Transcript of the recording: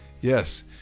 yes